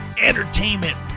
entertainment